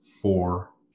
four